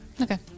Okay